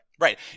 Right